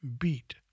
beat